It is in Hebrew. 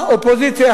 האופוזיציה,